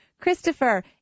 Christopher